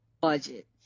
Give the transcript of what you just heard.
budget